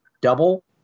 double